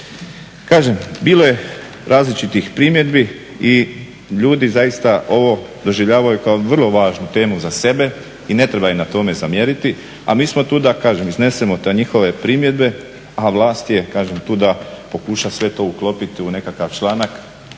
Kažem bilo je različitih primjedbi i ljudi zaista ovo doživljavaju kao vrlo važnu temu za sebe i ne treba im na tome zamjeriti, a mi smo tu da kažemo i iznesemo te njihove primjedbe a vlast je tu da pokuša sve to uklopiti u nekakav članak.